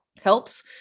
helps